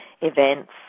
events